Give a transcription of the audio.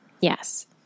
Yes